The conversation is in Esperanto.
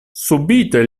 subite